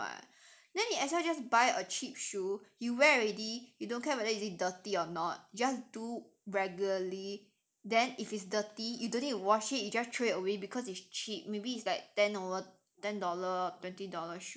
then 你 as well just buy a cheap shoe you wear already you don't care whether is it dirty or not just do regularly then if it's dirty you don't need to wash it you just throw it away because it's cheap maybe it's like ten or ten dollar twenty dollar shoe